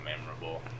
memorable